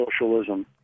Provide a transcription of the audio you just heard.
socialism